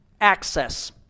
access